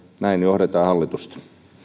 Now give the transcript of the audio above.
näin johdetaan hallitusta